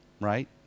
Right